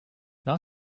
not